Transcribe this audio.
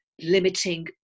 limiting